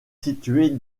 située